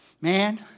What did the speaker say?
man